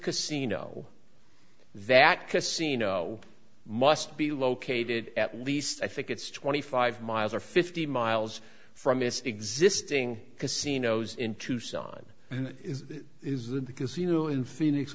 casino that casino must be located at least i think it's twenty five miles or fifty miles from its existing casinos in tucson is that because you in phoenix